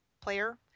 player